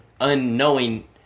unknowing